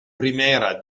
primera